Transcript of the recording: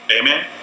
Amen